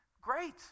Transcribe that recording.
Great